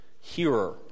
hearer